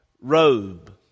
robe